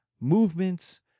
movements